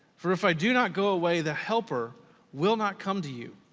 for if i do not go away, the helper will not come to you.